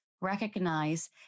recognize